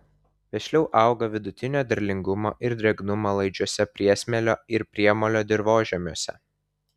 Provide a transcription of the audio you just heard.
vešliau auga vidutinio derlingumo ir drėgnumo laidžiuose priesmėlio ir priemolio dirvožemiuose